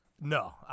No